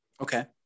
Okay